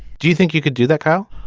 do you think you could do that now